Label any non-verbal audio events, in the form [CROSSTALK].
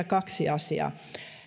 [UNINTELLIGIBLE] kaksi asiaa